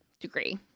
degree